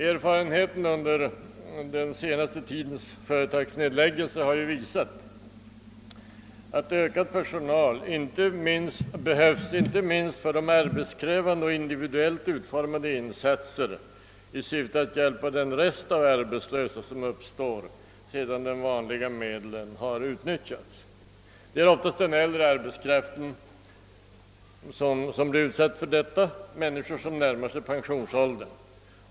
Erfarenheten under den senaste tidens företagsnedläggelser har ju visat att ökad personal behövs inte minst för de arbetskrävande och individuellt utformade insatser som syftar till att hjälpa den rest av arbetslösa som uppstår sedan de vanliga medlen utnyttjats. Den utgörs oftast av den äldre arbetskraften, människor som närmar sig pensionsåldern.